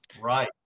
Right